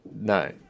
no